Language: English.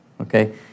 Okay